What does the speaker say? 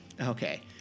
Okay